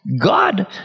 God